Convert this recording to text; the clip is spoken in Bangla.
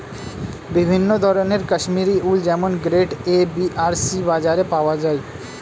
বিভিন্ন ধরনের কাশ্মীরি উল যেমন গ্রেড এ, বি আর সি বাজারে পাওয়া যায়